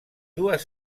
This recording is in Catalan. dues